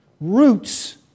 roots